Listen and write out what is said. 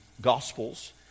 gospels